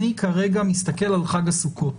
כרגע אני מסתכל על חג הסוכות,